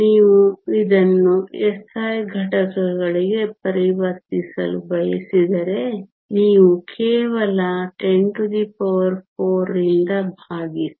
ನೀವು ಇದನ್ನು SI ಘಟಕಗಳಿಗೆ ಪರಿವರ್ತಿಸಲು ಬಯಸಿದರೆ ನೀವು ಕೇವಲ 104 ರಿಂದ ಭಾಗಿಸಿ